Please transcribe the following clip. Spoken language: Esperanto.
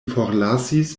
forlasis